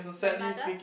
my mother